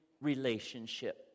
relationship